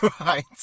Right